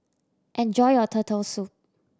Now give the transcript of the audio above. enjoy your Turtle Soup